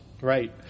Right